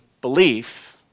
belief